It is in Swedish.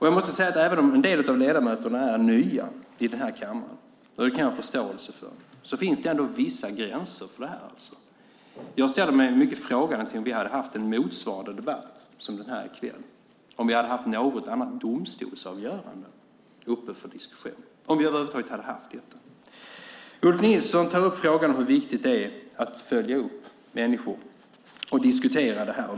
Jag måste säga att även om en del av ledamöterna i den här kammaren är nya - det kan jag ha förståelse för - finns det vissa gränser för det här. Jag ställer mig mycket frågande till om vi hade haft en debatt motsvarande den här i kväll om vi hade haft något annat domstolsavgörande uppe för diskussion, om vi över huvud taget hade haft detta. Ulf Nilsson tar upp frågan om hur viktigt det är att följa upp människor och diskutera det här.